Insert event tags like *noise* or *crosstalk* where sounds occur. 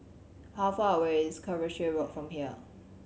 how far away is *unintelligible* Road from here